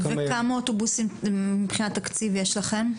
כמה אוטובוסים מבחינת תקציב יש לכם?